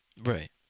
Right